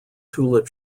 tulip